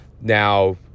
Now